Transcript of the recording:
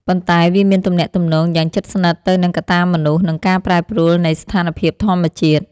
ប៉ុន្តែវាមានទំនាក់ទំនងយ៉ាងជិតស្និទ្ធទៅនឹងកត្តាមនុស្ស និងការប្រែប្រួលនៃស្ថានភាពធម្មជាតិ។